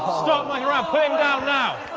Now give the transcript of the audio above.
stop mucking around. put him down, now.